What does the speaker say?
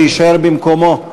שיישאר במקומו.